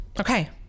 Okay